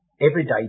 everyday